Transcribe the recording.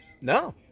No